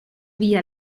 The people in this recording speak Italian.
via